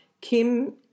Kim